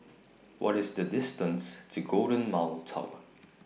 What IS The distance to Golden Mile Tower